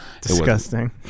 Disgusting